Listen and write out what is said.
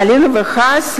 חלילה וחס,